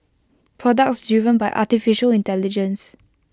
products driven by Artificial Intelligence